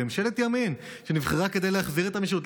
כממשלת ימין שנבחרה כדי להחזיר את המשילות,